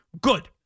Good